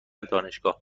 دانشگاه